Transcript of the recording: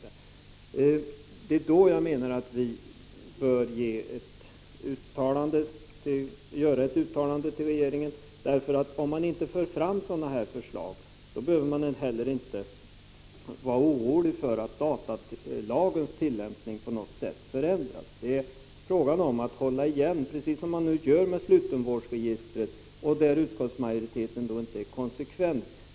Det är då jag menar att riksdagen bör göra ett uttalande till regeringen. Om man inte för fram sådana här förslag, behöver man heller inte vara orolig för att datalagens tillämpning på något sätt förändras. Det är fråga om att hålla igen, precis som man nu gör med slutenvårdsregistret. Utskottsmajoriteten är dock inte konsekvent.